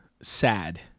sad